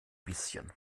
bisschen